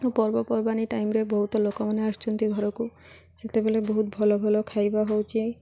ପର୍ବପର୍ବାଣୀ ଟାଇମ୍ରେ ବହୁତ ଲୋକମାନେ ଆସୁଛନ୍ତି ଘରକୁ ସେତେବେଳେ ବହୁତ ଭଲ ଭଲ ଖାଇବା ହେଉଛି